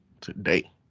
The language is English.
today